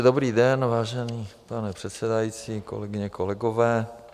Dobrý den, vážený pane předsedající, kolegyně, kolegové.